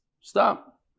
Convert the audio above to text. Stop